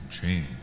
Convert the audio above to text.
change